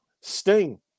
Sting